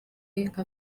nka